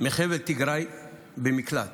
מחבל תיגראי במקלט,